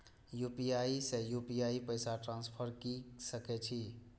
UPI से UPI पैसा transfer की सके छी?